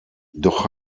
doch